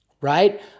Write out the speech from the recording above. right